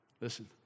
Listen